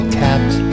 capped